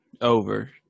Over